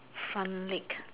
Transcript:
fun lake